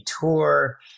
Tour